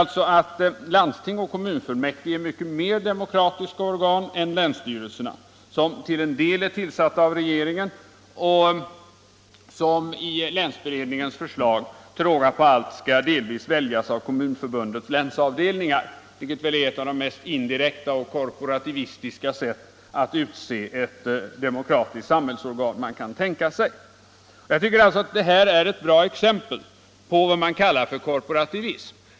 Landsting och kommunfullmäktige är mycket mer demokratiska organ än länsstyrelserna, som till en del är tillsatta av regeringen och som enligt länsberedningens förslag till råga på allt delvis skall väljas av Kommunförbundets länsavdelningar, vilket är ett av de mest indirekta och korporativistiska sätt att utse ett demokratiskt samhällsorgan man kan tänka sig. Jag tycker alltså att detta är ett bra exempel på vad man kallar korporativism.